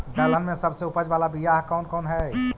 दलहन में सबसे उपज बाला बियाह कौन कौन हइ?